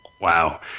Wow